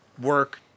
Work